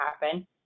happen